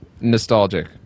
Nostalgic